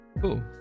Cool